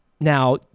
Now